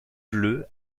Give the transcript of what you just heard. bleu